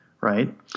right